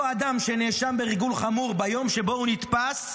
אותו אדם, שנאשם בריגול חמור, ביום שבו הוא נתפס,